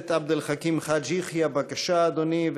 הכנסת עבד אל חכים חאג' יחיא, בבקשה, אדוני.